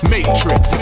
Matrix